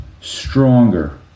stronger